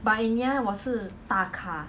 gain anymore muscle mass